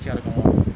其他的工 lor